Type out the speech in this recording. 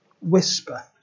whisper